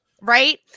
Right